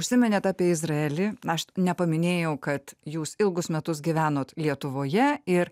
užsiminėt apie izraelį aš nepaminėjau kad jūs ilgus metus gyvenot lietuvoje ir